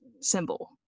symbol